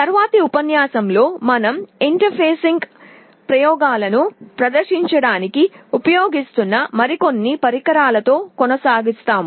తరువాతి ఉపన్యాసంలో మనం ఇంటర్ఫేసింగ్ ప్రయోగాలను ప్రదర్శించడానికి ఉపయోగిస్తున్న మరికొన్ని పరికరాలతో కొనసాగుతాము